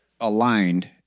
aligned